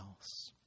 else